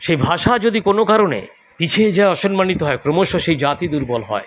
সেই ভাষা যদি কোনো কারণে পিছিয়ে যায় অসন্মানিত হয় ক্রমশ সেই জাতি দুর্বল হয়